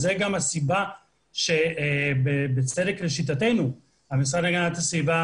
זו גם הסיבה שבצדק לשיטתנו המשרד להגנתה סביבה